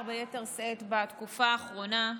ביתר שאת, בתקופה האחרונה בעיקר.